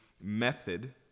method